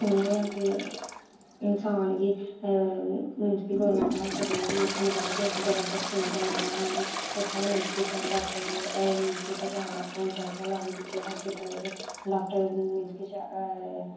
इ'यां गै फिर इंसान गी मींस कि गौरमैंट हास्पिटल गी बी दिक्खना चाहिदा कि अग्गें अग्गें रैफरस निं करना चाहिदा उ'नेंगी उत्थै गै मींस कि शैल डाक्टर थ्होई मींस कि शैल डाक्टर थ्होई जाए उत्थै शैल डाक्टर होने चाहिदे हास्पिटला च डाक्टर मींस कि शैल